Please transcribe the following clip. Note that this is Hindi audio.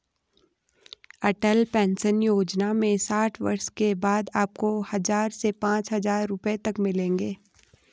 अटल पेंशन योजना में साठ वर्ष के बाद आपको हज़ार से पांच हज़ार रुपए तक मिलेंगे